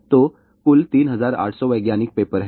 तो कुल 3800 वैज्ञानिक पेपर हैं